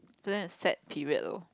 couldn't accept period though